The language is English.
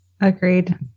agreed